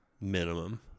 Minimum